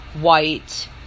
white